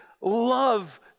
love